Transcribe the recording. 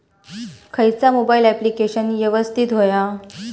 खयचा mobile application यवस्तित होया?